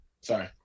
Sorry